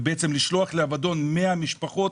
ובעצם לשלוח לאבדון 100 משפחות,